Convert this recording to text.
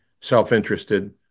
self-interested